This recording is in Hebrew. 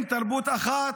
עם תרבות אחת,